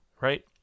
right